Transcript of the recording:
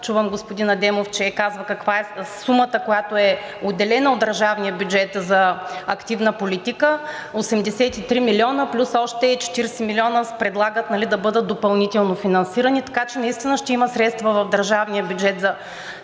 чувам, че господин Адемов казва каква е сумата, която е отделена от държавния бюджет за активна политика – 83 милиона плюс още 40 милиона се предлагат да бъдат допълнително финансирани, така че наистина ще има средства в държавния бюджет за тази процедура